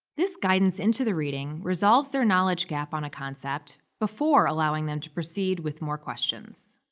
this guidance into the reading resolves their knowledge gap on a concept before allowing them to proceed with more questions.